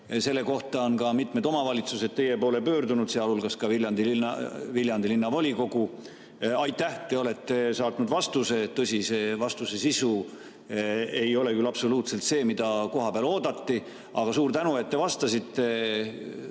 Sellega on ka mitmed omavalitsused teie poole pöördunud, sealhulgas Viljandi Linnavolikogu. Aitäh, te olete saatnud vastuse! Tõsi, vastuse sisu ei ole küll absoluutselt see, mida kohapeal oodati, aga suur tänu, et te vastasite.